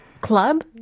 Club